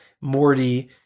Morty